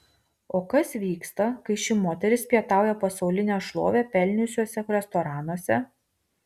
o kas vyksta kai ši moteris pietauja pasaulinę šlovę pelniusiuose restoranuose